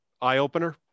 Eye-opener